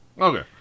okay